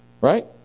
Right